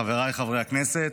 חבריי חברי הכנסת,